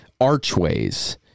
archways